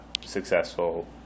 successful